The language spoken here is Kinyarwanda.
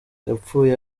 yapfuye